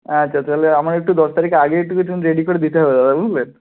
আচ্ছা তাহলে আমাকে একটু দশ তারিখের আগে একটু রেডি করে দিতে হবে দাদা বুঝলেন